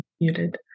muted